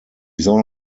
soll